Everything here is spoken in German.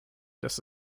dass